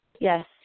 Yes